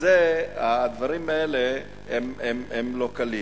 הדברים האלה הם לא קלים.